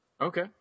Okay